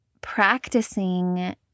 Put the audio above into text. practicing